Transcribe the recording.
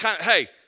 Hey